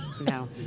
No